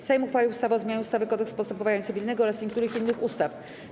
Sejm uchwalił ustawę o zmianie ustawy - Kodeks postępowania cywilnego oraz niektórych innych ustaw.